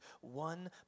one